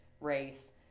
race